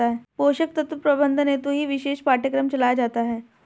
पोषक तत्व प्रबंधन हेतु ही विशेष पाठ्यक्रम चलाया जाता है